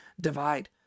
divide